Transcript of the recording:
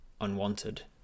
unwanted